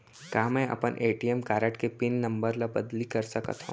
का मैं अपन ए.टी.एम कारड के पिन नम्बर ल बदली कर सकथव?